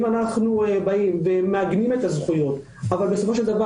אם אנחנו באים ומעגנים את הזכויות אבל בסופו של דבר